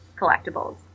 collectibles